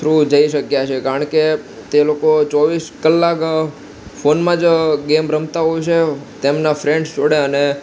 through જઈ શક્યા છે કારણ કે તે લોકો ચોવીસ કલાક ફોનમાં જ ગેમ રમતા હોય છે તેમના ફ્રેન્ડસ જોડે અને